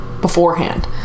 beforehand